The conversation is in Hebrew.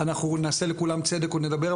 נעשה לכולם צדק ונדבר,